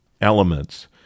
elements